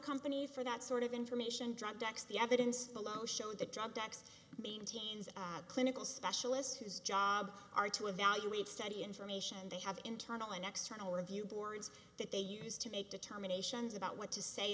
company for that sort of information dr dex the evidence below show that dr dex maintains clinical specialists whose job are to evaluate study information they have internal and external review boards that they use to make determinations about what to say